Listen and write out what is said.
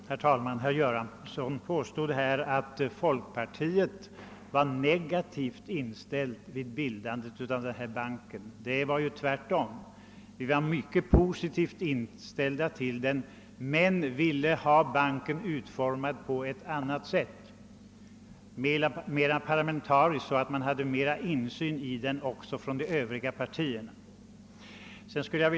Herr talman! Herr Göransson påstod att folkpartiet var negativt inställt till bildandet av Investeringsbanken. Vi var tvärtom mycket positivt inställda till den men ville ha den utformad på annat sätt — mer parlamentariskt, så att man hade större insyn i den också från övriga partier.